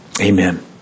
amen